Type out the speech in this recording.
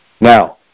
Now